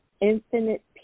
infinite